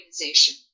organization